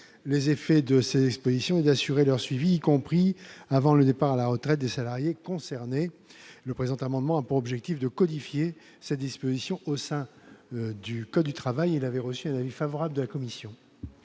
les effets de ces expositions et d'assurer leur suivi, y compris après le départ à la retraite des salariés concernés. Le présent amendement tend à codifier cette disposition au sein du code du travail ; il a reçu un avis favorable de la commission.